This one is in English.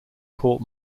court